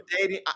dating